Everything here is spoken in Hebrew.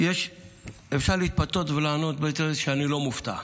אפשר להתפתות ולענות ולטעון שאני לא מופתע.